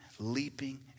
leaping